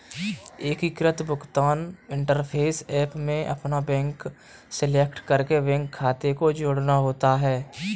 एकीकृत भुगतान interface app में अपना बैंक सेलेक्ट करके बैंक खाते को जोड़ना होता है